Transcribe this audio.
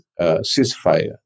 ceasefire